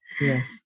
Yes